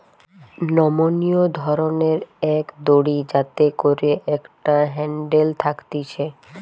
নমনীয় ধরণের এক দড়ি যাতে করে একটা হ্যান্ডেল থাকতিছে